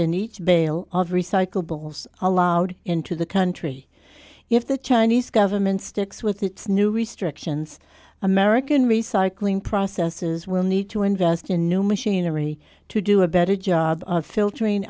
in each bale of recyclables allowed into the country if the chinese government sticks with its new restrictions american recycling processes will need to invest in new machinery to do a better job of filtering